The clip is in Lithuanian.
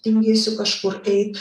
tingėsiu kažkur eit